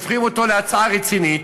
הופכים אותו להצעה רצינית,